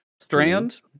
Strand